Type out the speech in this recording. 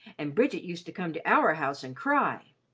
and bridget used to come to our house and cry.